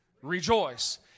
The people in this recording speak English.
rejoice